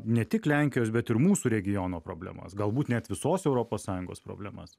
ne tik lenkijos bet ir mūsų regiono problemas galbūt net visos europos sąjungos problemas